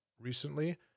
recently